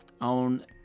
on